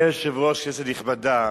אדוני היושב-ראש, כנסת נכבדה,